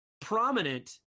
prominent